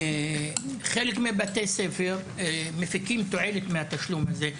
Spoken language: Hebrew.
חלק מבתי ספר מפיקים תועלת מהתשלום הזה.